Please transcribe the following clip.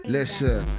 Listen